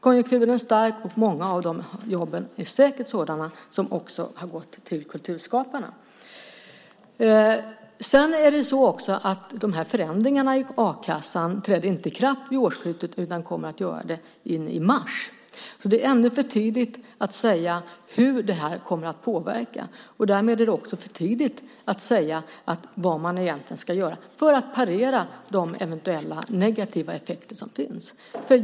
Konjunkturen är stark och många av de jobben har säkert också gått till kulturskaparna. Förändringarna i a-kassan trädde inte i kraft vid årsskiftet. De kommer att träda i kraft i mars. Det är alltså ännu för tidigt att säga hur det här kommer att påverka. Därmed är det också för tidigt att säga vad man ska göra för att parera de eventuella negativa effekterna.